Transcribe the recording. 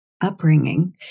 upbringing